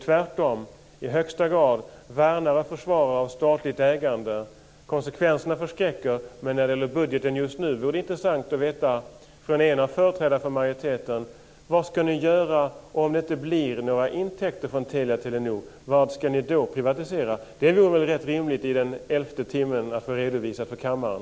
Tvärtom, värnar man och försvarar statligt ägande. Konsekvenserna förskräcker, men när det gäller budgeten just nu vore det intressant att veta från en företrädare för majoriteten vad ni ska göra om det inte blir några intäkter från Telia-Telenor. Vad ska ni då privatisera? Det vore rimligt att i elfte timmen få det redovisat för kammaren.